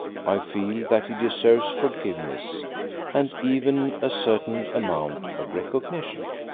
i feel that he deserves forgiveness and even a certain amount of recognition.